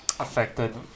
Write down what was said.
Affected